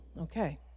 okay